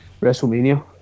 WrestleMania